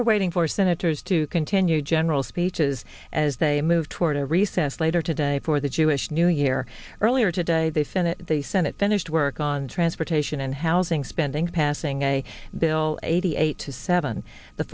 we're waiting for senators to continue general speeches as they move toward a recess later today for the jewish new year earlier today they finished the senate finished work on transportation and housing spending passing a bill eighty eight to seven the